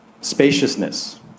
Spaciousness